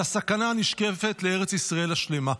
על הסכנה הנשקפת לארץ ישראל השלמה,